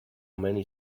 many